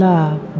Love